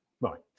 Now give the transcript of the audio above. Right